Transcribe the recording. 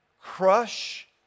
crush